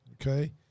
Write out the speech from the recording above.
okay